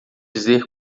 dizer